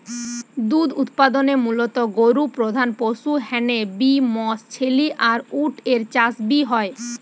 দুধ উতপাদনে মুলত গরু প্রধান পশু হ্যানে বি মশ, ছেলি আর উট এর চাষ বি হয়